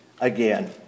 again